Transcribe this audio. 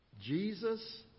Jesus